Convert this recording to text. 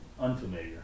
unfamiliar